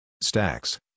Stacks